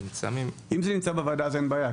אם זה נמצא בוועדה, אז אין בעיה.